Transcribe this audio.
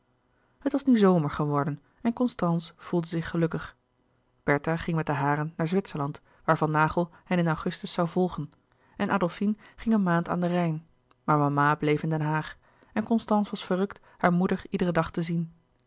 het was nu zomer geworden en constance voelde zich gelukkig bertha ging met de haren naar zwitserland waar van naghel hen in augustus zoû volgen en adolfine ging een maand aan den rijn maar mama bleef in den haag en constance was verrukt haar moeder iederen dag te zien